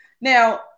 Now